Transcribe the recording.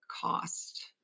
cost